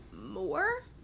more